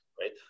Right